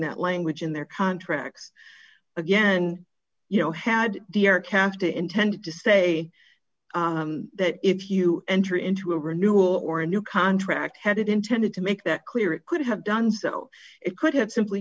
that language in their contracts again you know had the our camp to intended to say that if you enter into a renewal or a new contract had it intended to make that clear it could have done so it could have simply